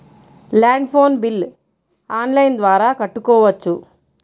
Land phone bill online ద్వారా కట్టుకోవచ్చు?